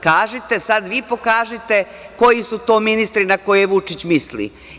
Kažite sad vi i pokažite koji su to ministri na koje je Vučić misli.